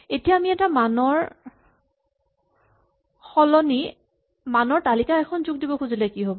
এতিয়া আমি এটা মানৰ সলনি মানৰ তালিকা এখন যোগ দিব খুজিলে কি হ'ব